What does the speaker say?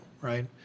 right